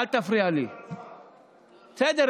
בסדר,